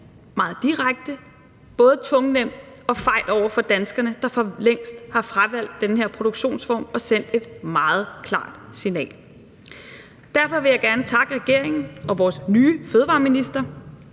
meget direkte, både tungnemt og fejt over for danskerne, der for længst har fravalgt den her produktionsform og sendt et meget klart signal. Derfor vil jeg gerne takke regeringen og vores nye fødevareminister